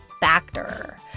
Factor